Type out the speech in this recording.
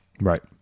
Right